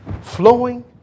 flowing